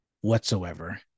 whatsoever